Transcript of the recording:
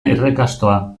errekastoa